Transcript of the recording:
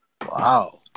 Wow